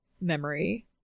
memory